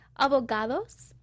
abogados